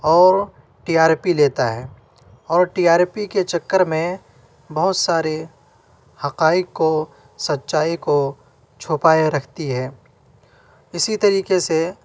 اور T R P لیتا ہے اور ٹی آر پی کے چکر میں بہت سارے حقائق کو سچائی کو چھپائے رکھتی ہے اسی طریقے سے